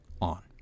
on